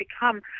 become